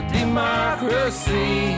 democracy